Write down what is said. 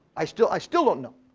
i still i still don't know.